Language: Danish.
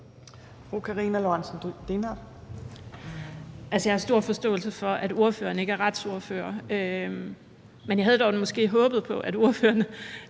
jeg har stor forståelse for, at ordføreren ikke er retsordfører, men jeg havde dog måske håbet på, at ordføreren